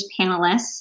panelists